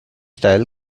style